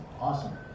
awesome